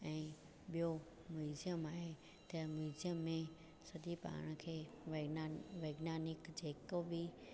ऐं ॿियो म्यूजियम आहे त म्यूजियम में सॼी पाण खे वैज्ञानिक वैज्ञानिक जेको बि